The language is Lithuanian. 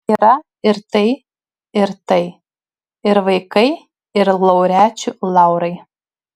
yra ir tai ir tai ir vaikai ir laureačių laurai